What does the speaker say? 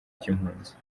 cy’impunzi